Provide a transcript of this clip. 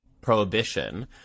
prohibition